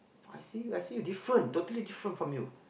I see I see a different totally different from you